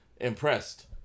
impressed